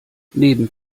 neben